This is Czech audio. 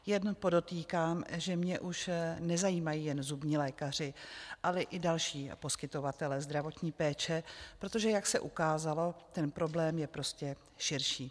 Jenom podotýkám, že mě už nezajímají jen zubní lékaři, ale i další poskytovatelé zdravotní péče, protože jak se ukázalo, ten problém je prostě širší.